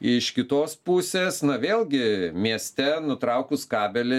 iš kitos pusės na vėlgi mieste nutraukus kabelį